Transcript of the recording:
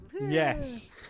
yes